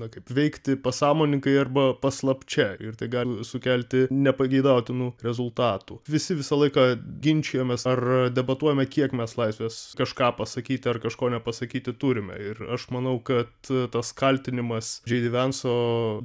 na kaip veikti pasąmoningai arba paslapčia ir tai gali sukelti nepageidautinų rezultatų visi visą laiką ginčijomės ar debatuojame kiek mes laisvės kažką pasakyti ar kažko nepasakyti turime ir aš manau kad tas kaltinimas džy dy venso